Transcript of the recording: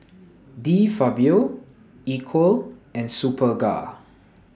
De Fabio Equal and Superga